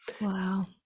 Wow